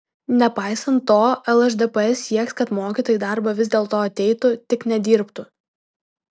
nepaisant to lšdps sieks kad mokytojai į darbą vis dėlto ateitų tik nedirbtų